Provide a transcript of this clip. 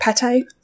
pate